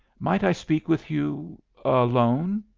might i speak with you alone?